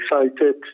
excited